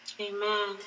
Amen